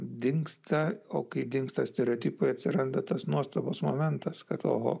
dingsta o kai dingsta stereotipai atsiranda tas nuostabos momentas kad o